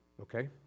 okay